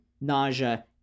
nausea